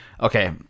okay